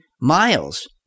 miles